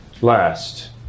last